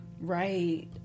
Right